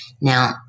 Now